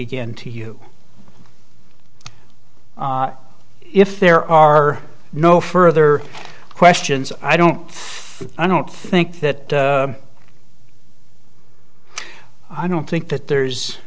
again to you if there are no further questions i don't i don't think that i don't think that there's